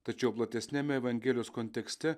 tačiau platesniame evangelijos kontekste